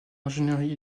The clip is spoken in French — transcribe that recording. ingénierie